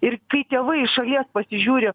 ir kai tėvai iš šalies pasižiūri